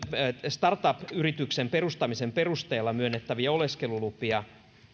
startup yrityksen perustamisen perusteella myönnettäviä oleskelulupia